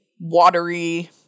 watery